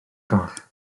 goll